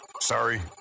Sorry